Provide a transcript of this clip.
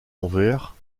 anvers